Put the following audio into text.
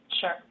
Sure